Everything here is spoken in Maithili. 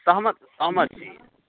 सहमति सहमति